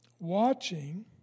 Watching